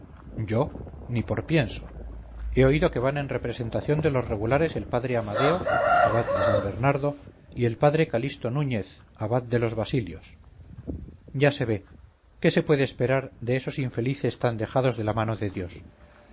yo ni por pienso he oído que van en representación de los regulares el padre amadeo abad de san bernardo y el padre calixto núñez abad de los basilios ya se ve qué se puede esperar de esos infelices tan dejados de la mano de dios